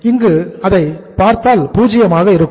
இங்கு அதை பார்த்தால் 0 ஆக இருக்கும்